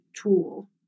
tool